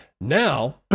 Now